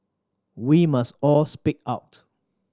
we must all speak out